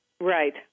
Right